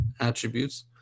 attributes